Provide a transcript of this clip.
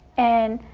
and